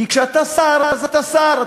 כי כשאתה שר, אז אתה שר.